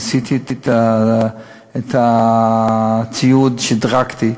עשיתי את הציוד ושדרגתי,